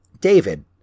David